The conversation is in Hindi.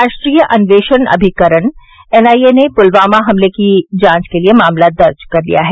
राष्ट्रीय अन्वेषण अभिकरण एन आई ए ने पुलवामा हमले की जांच के लिए मामला दर्ज कर लिया है